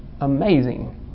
amazing